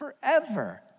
forever